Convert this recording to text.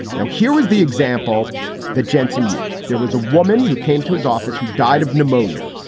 now, here was the example that jensen used. there was a woman who came to his office who died of pneumonia.